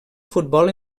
futbol